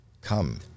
Come